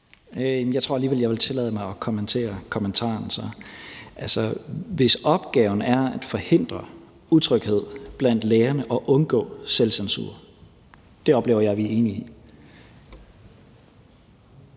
jeg tror alligevel, jeg vil tillade mig at kommentere kommentaren. Altså, hvis opgaven er at forhindre utryghed blandt lærerne og undgå selvcensur – det oplever jeg at vi er enige om